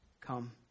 come